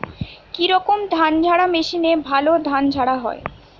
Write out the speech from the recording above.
কি রকম ধানঝাড়া মেশিনে ভালো ধান ঝাড়া হয়?